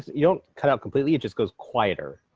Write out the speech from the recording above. you don't cut out completely, it just goes quieter.